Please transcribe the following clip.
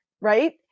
right